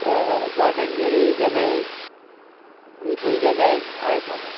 त गार्डन जहिड़ी जॻह ई ॿी कोई जॻह आहे ई कोन